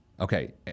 Okay